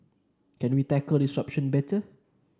can we tackle disruption better